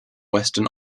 western